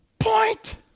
point